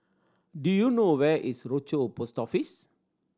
do you know where is Rochor Post Office